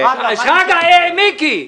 --- אה, מיקי.